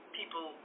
people